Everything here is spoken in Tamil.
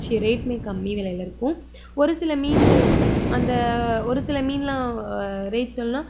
ரேட்டுமே கம்மி விலையில இருக்கும் ஒரு சில மீன்கள் அந்த ஒரு சில மீன்லாம் ரேட் சொல்ணுனா